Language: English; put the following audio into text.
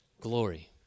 glory